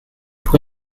pwy